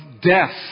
death